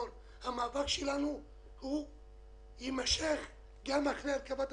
המאבק שלנו יימשך גם אחרי הרכבת הממשלה,